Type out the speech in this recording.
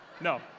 no